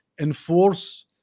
enforce